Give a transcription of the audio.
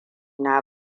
na